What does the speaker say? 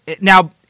Now